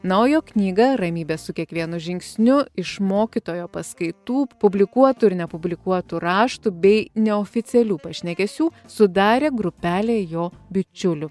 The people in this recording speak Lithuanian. na o jo knygą ramybė su kiekvienu žingsniu iš mokytojo paskaitų publikuotų ir nepublikuotų raštų bei neoficialių pašnekesių sudarė grupelė jo bičiulių